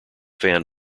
fan